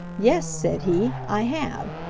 yes, said he, i have.